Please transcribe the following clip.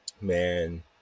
Man